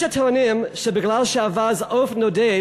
יש הטוענים שמכיוון שהאווז הוא עוף נודד